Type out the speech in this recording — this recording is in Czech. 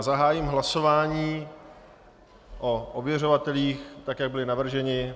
Zahájím hlasování o ověřovatelích, tak jak byli navrženi.